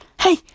Hey